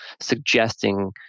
suggesting